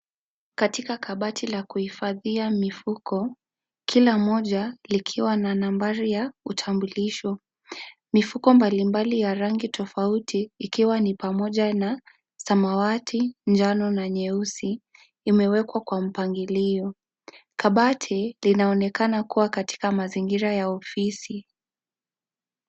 Katika kabati la kuhifadhia mifuko kila moja likiwa na nambari ya utambulisho . Mifuko mbalimbali ya rangi tofauti ikiwa ni pamoja na samawati , njano na nyeusi imewekwa kwa mpangilio . Kabati linaonekana kuwa katika mazingira ya ofisi.